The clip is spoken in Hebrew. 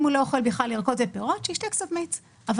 אם הוא לא אוכל בכלל ירקות ופירות אז שישתה קצת מיץ אבל